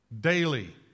daily